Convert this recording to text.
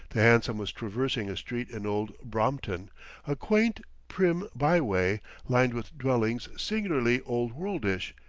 the hansom was traversing a street in old brompton a quaint, prim by-way lined with dwellings singularly old-worldish,